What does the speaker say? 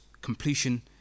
completion